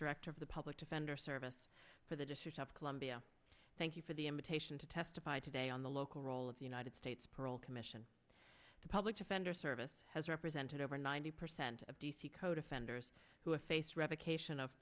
director of the public defender service for the district of columbia thank you for the invitation to testify today on the local role of the united states parole commission the public defender service has represented over ninety percent of d c code offenders who have faced revocation of